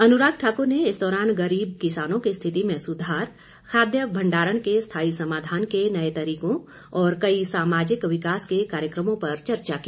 अनुराग ठाकुर ने इस दौरान गरीब किसानों की रिथति में सुधार खाद्य भण्डारण के स्थाई समाधान के नए तरीकों और कई सामाजिक विकास के कार्यक्रमों पर चर्चा की